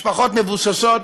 משפחות מבוססות,